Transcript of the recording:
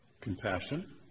Compassion